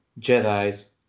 Jedi's